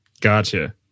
Gotcha